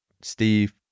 steve